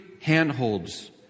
handholds